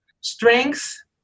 Strength